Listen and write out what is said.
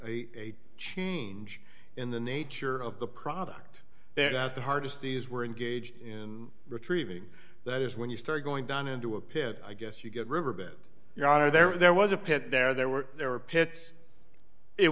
a change in the nature of the product there that the hardest these were engaged in retrieving that is when you start going down into a pit i guess you get riverbed your honor there was a pit there there were there were pits it